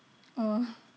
oh